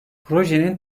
projenin